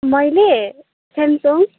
मैले सेमसङ